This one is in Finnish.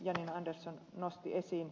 janina andersson nosti esiin